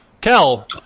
Kel